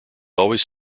always